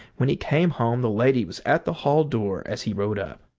when he came home the lady was at the hall door as he rode up.